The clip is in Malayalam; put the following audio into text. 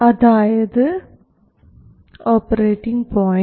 അതായത് ഓപ്പറേറ്റിംഗ് പോയിൻറ്